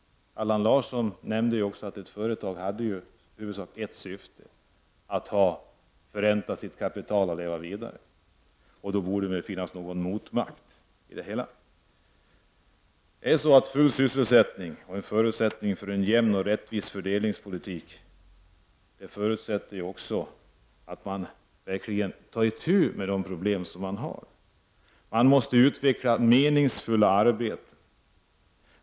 Allan Larsson nämnde också att ett företag i huvudsak har ett syfte: att förränta sitt kapital och leva vidare. Då borde det finnas en motvikt i det hela. Den fulla sysselsättningen är förutsättningen för en jämn och rättvis fördelningspolitik. Det förutsätter också att man verkligen tar itu med de problem som finns. Man måste utveckla meningsfulla arbeten.